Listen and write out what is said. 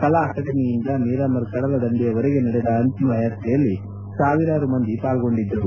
ಕಲಾ ಅಕಾಡೆಮಿಯಿಂದ ಮಿರಾಮರ್ ಕಡಲ ದಂಡೆಯವರೆಗೆ ನಡೆದ ಅಂತಿಮ ಯಾತ್ರೆಯಲ್ಲಿ ಸಾವಿರಾರು ಮಂದಿ ಪಾಲ್ಗೊಂಡಿದ್ದರು